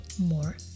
more